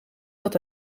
dat